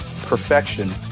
perfection